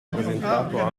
presentato